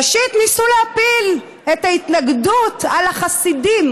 ראשית, ניסו להפיל את ההתנגדות על החסידים,